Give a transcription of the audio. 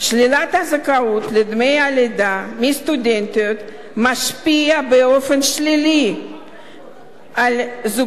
שלילת הזכאות לדמי הלידה מסטודנטיות משפיעה באופן שלילי על הזוגות